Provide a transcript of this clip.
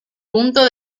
punto